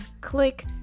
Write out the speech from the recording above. click